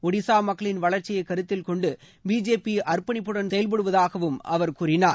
ஒடிசா மக்களின் வளர்ச்சியைக் கருத்தில் கொண்டு பிஜேபி அர்ப்பணிப்புடன் செயல்படுவதாக அவர் கூறினார்